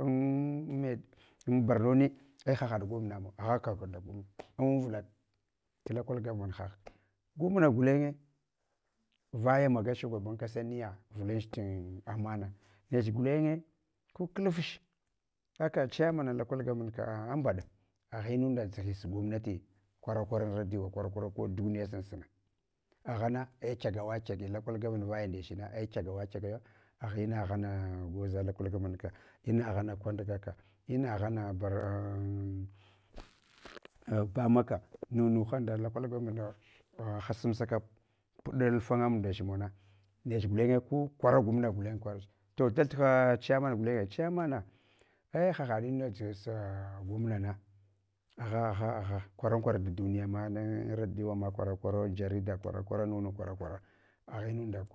an bernone ei haha gwamnamawa, aghaka nda gwamna am tu local government nagha gomna, gulenye vaya maga shugaban kasa miya, vulanu tu amana nche gulenye ku klafwa aka chamana local gomman a ambaɗa agha inunda dʒighis gomnati, kwara kwara an radio kwara kwara ko duniya sun suna. Aghana ei kyagawa kyagi loca government vaya ndech na, ei kyagawa kyafaya, agha inaghana gwoza local government ka, in aghana konduga ka, inaghara bema kka, munugha nda local government hashamsaka puɗw fonga ndech mun na, nech gwenye ku kwana gumna gulen kwarach to tathva chairmen gulen gulen dvurmana, ei hahaɗ ina dʒigna gomnana, agha agha, agha karan korat duniya ma na radioma kwara kwara jarida kwara kwara, munu kwara kwara agha.